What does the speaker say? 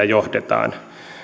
johdetaan